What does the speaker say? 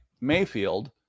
Mayfield